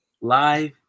Live